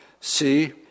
See